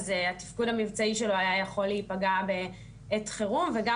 אז התפקוד המבצעי שלו היה יכול להיפגע בעת חירום וגם